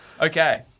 okay